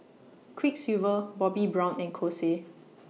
Quiksilver Bobbi Brown and Kose